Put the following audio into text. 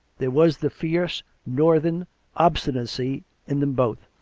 there was the fierce northern obstinacy in them both